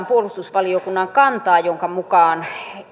puolustusvaliokunnan kantaan jonka mukaan